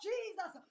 Jesus